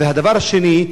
והדבר השני,